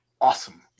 awesome